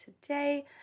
today